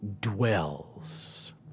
dwells